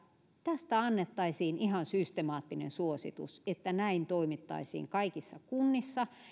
tästä annettaisiin ihan systemaattinen suositus että näin toimittaisiin kaikissa kunnissa